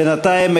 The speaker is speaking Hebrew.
בינתיים,